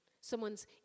someone's